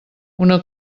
una